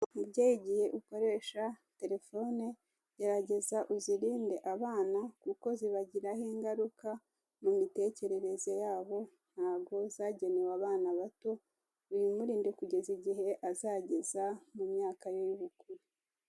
Mubyeyi igihe ukoresha telefone, gerageza uzirinde abana kuko zibagiraho ingaruka mu mitekerereze yabo, ntabwo zagenewe abana bato, uyimurinde kugeza igihe azageza mu myaka ye y'ubukure.